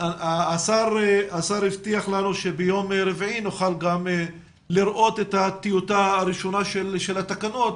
השר הבטיח לנו שביום רביעי נוכל גם לראות את הטיוטה הראשונה של התקנות,